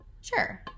Sure